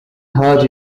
hurt